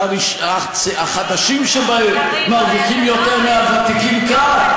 שהחדשים שבהם מרוויחים יותר מהוותיקים כאן.